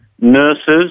nurses